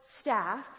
staff